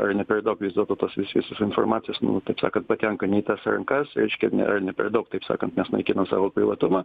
ar ne per daug vis dėl to tos visi sos informacijos nu taip sakant patenka ne į tas rankas reiškia ne ne per daug taip sakant mes naikinam savo privatumą